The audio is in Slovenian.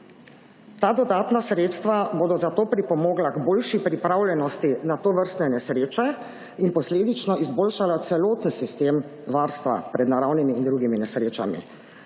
Ta dodatna sredstva bodo zato pripomogla k boljši pripravljenosti na tovrstne nesreče in posledično izboljšala celoten sistem varstva pred naravnimi in drugimi nesrečami.